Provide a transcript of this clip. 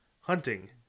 hunting